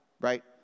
right